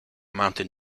mountain